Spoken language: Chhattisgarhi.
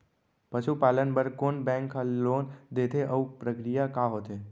पसु पालन बर कोन बैंक ह लोन देथे अऊ प्रक्रिया का होथे?